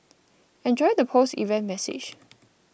enjoy the post event massage